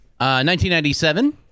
1997